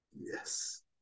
Yes